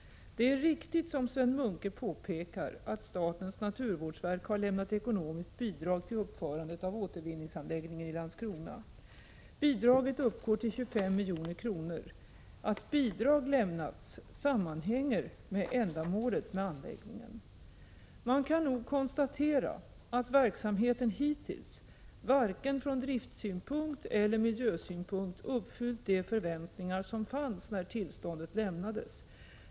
Det är riktigt som Sven Munke påpekar att statens naturvårdsverk har lämnat ekonomiskt bidrag till uppförandet av återvinningsanläggningen i Landskrona. Bidraget uppgår till 25 milj.kr. Att bidrag lämnats sammanhänger med ändamålet med anläggningen. Man kan nog konstatera att verksamheten hittills varken från driftssynpunkt eller från miljösynpunkt uppfyllt de förväntningar som fanns när tillståndet lämnades.